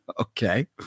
okay